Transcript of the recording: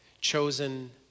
chosen